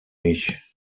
mich